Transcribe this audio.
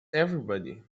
everybody